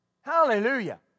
Hallelujah